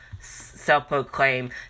self-proclaimed